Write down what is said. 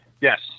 Yes